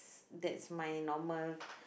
that's my normal